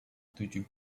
tujuh